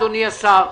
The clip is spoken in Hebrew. אדוני השר,